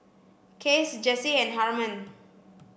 Cass Jessie and Harman